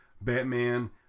Batman